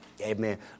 Amen